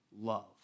love